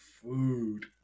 food